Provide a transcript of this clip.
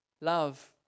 love